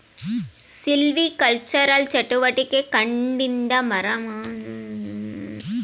silvicultural ಚಟುವಟಿಕೆ ಕಾಡಿಂದ ಮರ ಮತ್ತು ತಿರುಳನ್ನು ಪಡೆಯಲು ಸಂಬಂಧಿಸಿವೆ ಈ ಚಟುವಟಿಕೆ ಅರಣ್ಯ ನಾಶಮಾಡ್ತದೆ